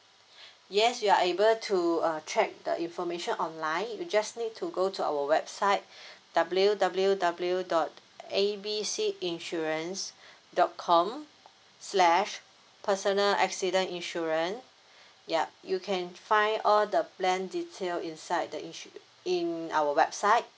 yes you are able to uh check the information online you just need to go to our website W W W dot A B C insurance dot com slash personal accident insurance ya you can find all the plan detail inside the insu~ in our website